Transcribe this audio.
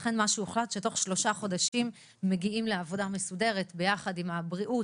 לכן הוחלט שתוך שלושה חודשים מגיעים לעבודה מסודרת יחד עם הבריאות